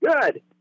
Good